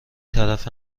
طرف